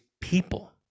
people